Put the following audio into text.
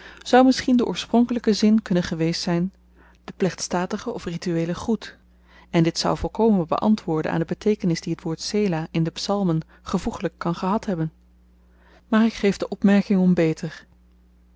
muzelman zou misschien de oorspronkelyke zin kunnen geweest zyn de plechtstatige of ritueele groet en dit zou volkomen beantwoorden aan de beteekenis die t woord sela in de psalmen gevoegelyk kan gehad hebben maar ik geef de opmerking om beter